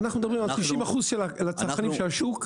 אנחנו מדברים על 90% של הצרכים של השוק.